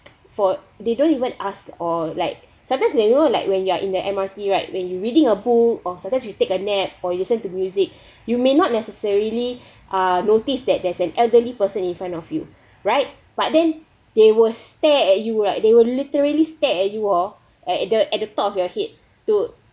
for they don't even ask or like sometimes like you know like when you're in the M_R_T right when you reading a book or sometimes you take a nap or listen to music you may not necessarily uh noticed that there's an elderly person in front of you right but then they will stare at you right they will literally stare at you oh at the at the top of your head to